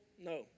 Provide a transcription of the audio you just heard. no